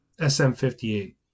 SM58